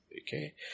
okay